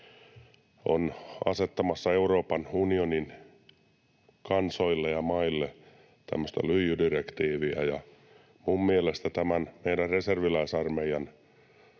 on asettamassa Euroopan unionin kansoille ja maille tämmöistä lyijydirektiiviä. Minun mielestäni tämän meidän reserviläisarmeijan